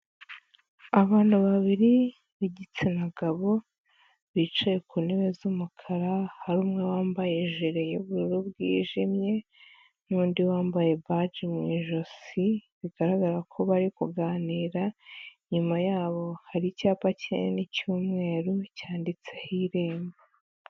Abantu babiri b'igitsina gabo, bicaye ku ntebe z'umukara, hari umwe wambaye jire y'ubururu bwijimye n'undi wambaye baji mu ijosi, bigaragara ko bari kuganira, inyuma yabo hari icyapa kinini cy'umweru cyanditseho Irembo.